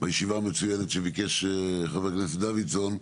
בישיבה המצוינת שביקש חבר הכנסת דוידסון,